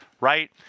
right